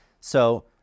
So-